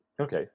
okay